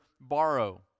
borrow